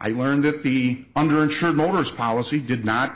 i learned it be under insured morris policy did not